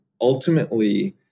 ultimately